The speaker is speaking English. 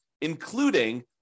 including